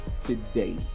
today